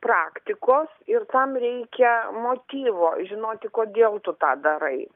praktikos ir tam reikia motyvo žinoti kodėl tu tą darai